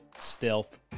Stealth